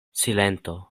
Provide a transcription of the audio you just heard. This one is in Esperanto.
silento